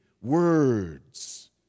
words